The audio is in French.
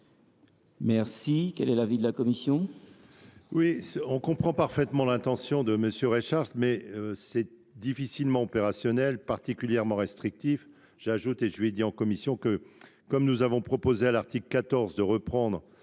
article. Quel est l’avis de la commission ?